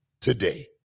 Today